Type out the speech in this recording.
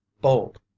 Bold